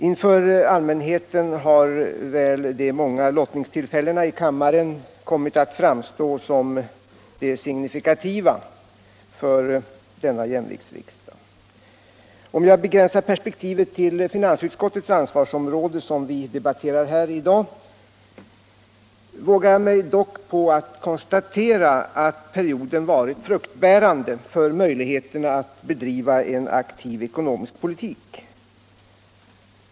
Inför allmänheten har väl de många lottningstillfällena i kammaren kommit att framstå som det signifikativa för denna jämviktsriksdag. Om jag begränsar perspektivet till finansutskottets ansvarsområde, som vi debatterar här i dag, vågar jag mig dock på att konstatera att perioden varit fruktbärande för möjligheterna att bedriva en aktiv ekonomisk politik.